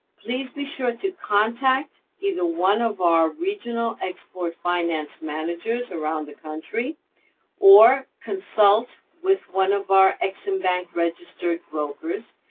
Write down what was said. please be sure to contact either one of our regional export finance managers around the country or consult with one of our ex-im bank registered brokers.